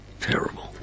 Terrible